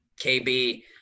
KB